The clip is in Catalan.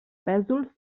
pèsols